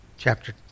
Chapter